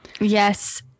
Yes